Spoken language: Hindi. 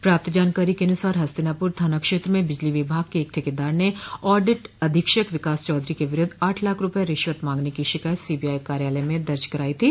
प्राप्त जानकारी के अनुसार हस्तिनापुर थाना क्षेत्र में बिजली विभाग के एक ठेकेदार ने ऑडिट अधीक्षक विकास चौधरी के विरूद्ध आठ लाख रूपये रिश्वत मांगने की शिकायत सीबीआई कार्यालय में दर्ज करायी थी